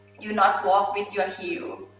you not walk with your heel.